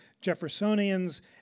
Jeffersonians